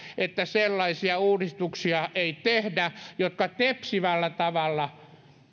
että sellaisia uudistuksia ei tehdä jotka tepsivällä tavalla